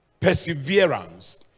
Perseverance